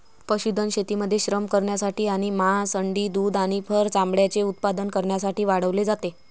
पशुधन शेतीमध्ये श्रम करण्यासाठी आणि मांस, अंडी, दूध आणि फर चामड्याचे उत्पादन करण्यासाठी वाढवले जाते